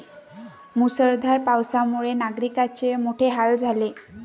मुसळधार पावसामुळे नागरिकांचे मोठे हाल झाले